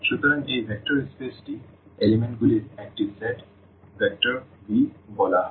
সুতরাং এই ভেক্টর স্পেসটি উপাদানগুলির একটি সেট ভেক্টর V বলা হয়